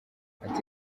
ati